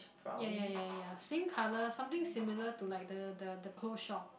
ya ya ya ya ya same colour something similar to like the the the clothes shop